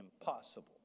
impossible